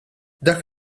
dak